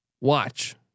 watch